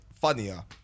funnier